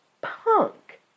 Punk